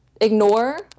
ignore